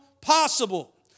possible